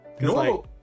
no